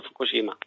Fukushima